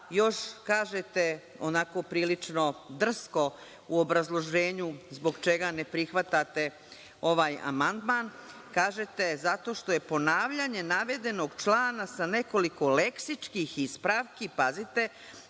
još kažete, onako prilično drsko, u obrazloženju zbog čega ne prihvatate ovaj amandman, kažete – zato što je ponavljanje navedenog člana sa nekoliko leksičkih ispravki, pazite,